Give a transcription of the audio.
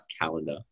calendar